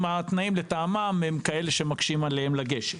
אם לטעמן התנאים מקשים עליהן לגשת.